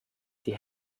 die